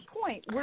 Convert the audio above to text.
point